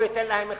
או ייתן להם החזר.